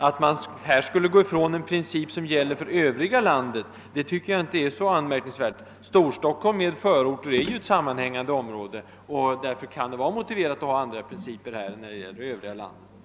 Att man skulle gå ifrån en princip som gäller för övriga delar av landet tycker jag inte är så anmärkningsvärt — Storstockholm inklusive förorterna är ju ett sammanhängande område, och därför kan det vara motiverat att ha andra principer här än i övriga delar av landet.